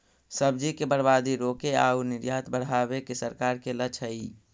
सब्जि के बर्बादी रोके आउ निर्यात बढ़ावे के सरकार के लक्ष्य हइ